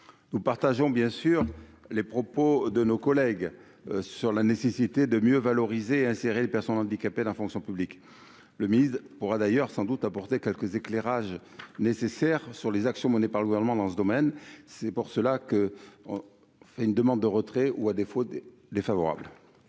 nous partageons bien sûr, les propos de nos collègues sur la nécessité de mieux valoriser insérer les personnes handicapées, la fonction publique le mise pourra d'ailleurs sans doute apporter quelques éclairages nécessaires sur les actions menées par le gouvernement dans ce domaine, c'est pour cela que, on fait une demande de retrait ou, à défaut des défavorable.